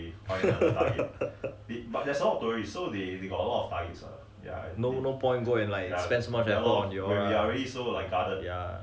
no no point go spend so much time on you all lah ya